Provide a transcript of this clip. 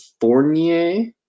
Fournier